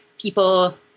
people